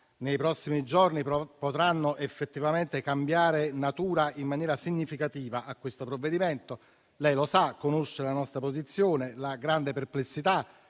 nei prossimi giorni potranno effettivamente cambiare natura in maniera significativa a questo provvedimento. Lei conosce la nostra posizione, la grande perplessità